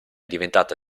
diventata